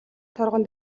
торгон